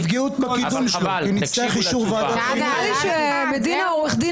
המאבק עכשיו הוא לא על מקרים כאלה פרטניים נדירים שבית המשפט פוסל